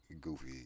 goofy